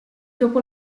dopo